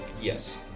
Yes